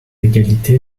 égalité